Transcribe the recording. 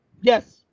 yes